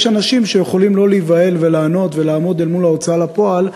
יש אנשים שיכולים לא להיבהל ולענות ולעמוד אל מול ההוצאה לפועל,